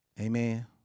Amen